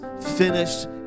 finished